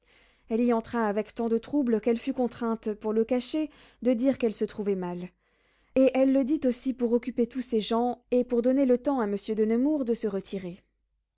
elle y entra avec tant de trouble qu'elle fut contrainte pour le cacher de dire qu'elle se trouvait mal et elle le dit aussi pour occuper tous ses gens et pour donner le temps à monsieur de nemours de se retirer